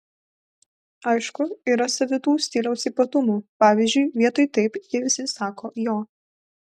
aišku yra savitų stiliaus ypatumų pavyzdžiui vietoj taip jie visi sako jo